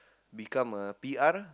become a P_R